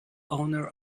owner